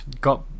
got